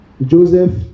Joseph